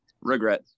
Regret